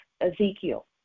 Ezekiel